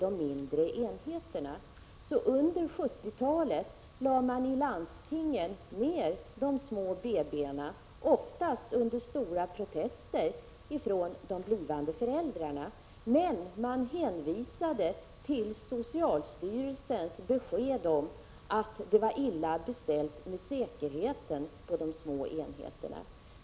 Under 1970-talet lade landstingen därför ned de små BB-enheterna, oftast under stora protester från de blivande föräldrarna. Man hänvisade då till socialstyrelsens besked att det var illa ställt med säkerheten på de små enheterna.